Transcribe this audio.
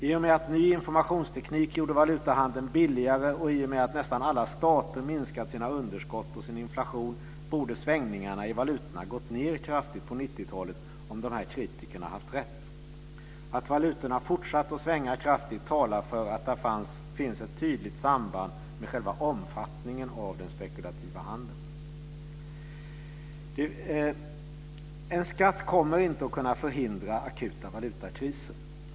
I och med att ny informationsteknik gjorde valutahandeln billigare och i och med att nästan alla stater minskat sina underskott och sin inflation borde svängningarna i valutorna ha gått ned kraftigt på 90-talet om kritikerna haft rätt. Att valutorna har fortsatt att svänga kraftigt talar för att där finns ett tydligt samband med själva omfattningen av den spekulativa handeln. En skatt kommer inte att kunna förhindra akuta valutakriser.